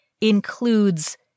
includes